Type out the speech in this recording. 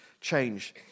change